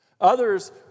Others